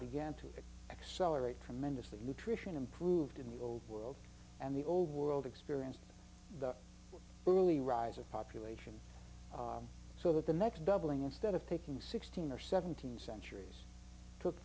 began to accelerate tremendously nutrition improved in the old world and the old world experienced the early riser population so that the next doubling instead of taking sixteen or seventeen centuries took